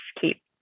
keep